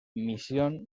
misión